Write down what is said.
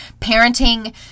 parenting